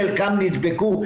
חלקן נבדקו,